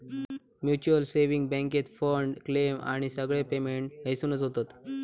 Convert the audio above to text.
mutual saving बॅन्केत fund, claim आणि सगळे पेमेंट हयसूनच होतत